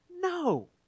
No